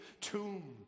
tomb